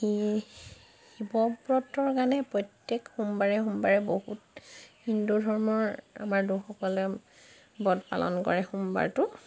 শিৱব্ৰতৰ কাৰণে প্ৰত্যেক সোমবাৰে সোমবাৰে বহুত হিন্দু ধৰ্মৰ আমাৰ লোকসকলে ব্ৰত পালন কৰে সোমবাৰটো